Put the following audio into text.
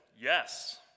yes